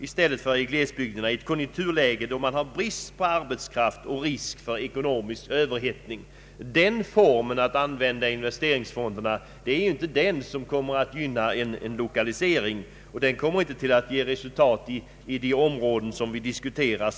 Detta i ett konjunkturläge där man haft brist på arbetskraft och risk för ekonomisk överhettning förelegat. En sådan användning av investeringsfonderna gynnar inte det egentliga syftet och kommer inte att ge resultat i de områden vi nu diskuterar.